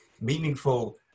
meaningful